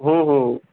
হুম হুম